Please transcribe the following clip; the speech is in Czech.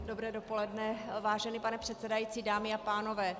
Dobré dopoledne, vážený pane předsedající, dámy a pánové.